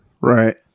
Right